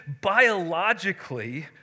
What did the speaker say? biologically